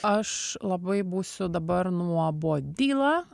aš labai būsiu dabar nuobodyla